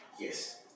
Yes